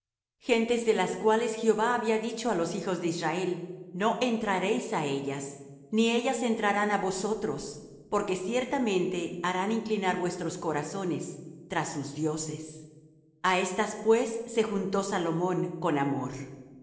gentes de las cuales jehová había dicho á los hijos de israel no entraréis á ellas ni ellas entrarán á vosotros porque ciertamente harán inclinar vuestros corazones tras sus dioses a éstas pues se juntó salomón con amor